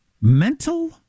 mental